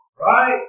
Right